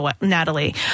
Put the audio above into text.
Natalie